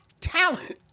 talent